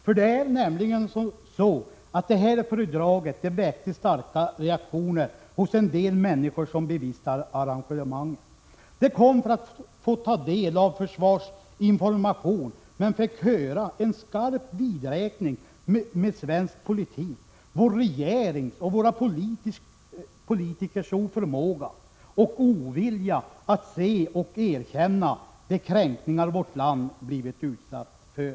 Föredraget väckte nämligen mycket starka reaktioner hos en del av de människor som bevistade arrangemanget. De kom för att få ta del av försvarsinformation men fick höra ett föredrag som var en skarp vidräkning med svensk politik och som handlade om vår regerings och våra politikers oförmåga och ovilja att se och erkänna de kränkningar vårt land blivit utsatt för.